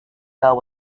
fell